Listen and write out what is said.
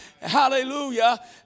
Hallelujah